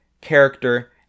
character